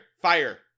Fire